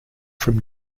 from